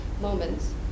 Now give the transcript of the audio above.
moments